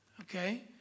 Okay